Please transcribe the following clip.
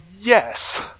Yes